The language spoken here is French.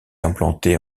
implantée